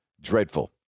dreadful